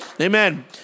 amen